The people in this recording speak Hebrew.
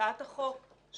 הצעת החוק שעברה,